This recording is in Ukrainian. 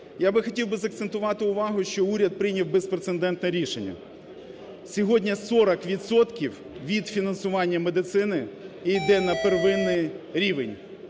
Я хотів би закцентувати увагу, що уряд прийняв безпрецедентне рішення. Сьогодні 40 відсотків від фінансування медицини іде на первинний рівень.